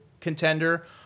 contender